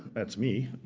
that's me.